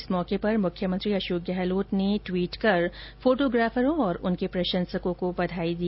इस मौके पर मुख्यमंत्री अशोक गहलोत ने ट्वीट कर फोटोग्राफरों और उनके प्रशंसकों को बधाई दी